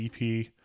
EP